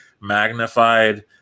magnified